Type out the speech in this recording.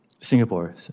Singapore